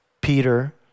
Peter